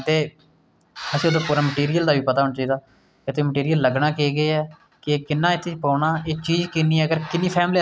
रामधारी सिंह दिनकर आक्खन लगे कि इस संसार च मेरा भाई मतलब दा बपार ऐ जग कुसै दा बी नेईं ऐ